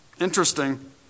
Interesting